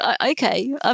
Okay